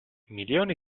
milioni